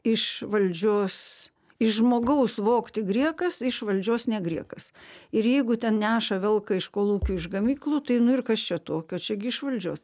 iš valdžios iš žmogaus vogti griekas iš valdžios ne griekas ir jeigu ten neša velka iš kolūkių iš gamyklų tai nu ir kas čia tokio čia gi iš valdžios